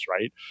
right